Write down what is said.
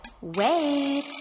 Wait